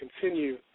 continue